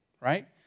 right